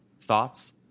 Thoughts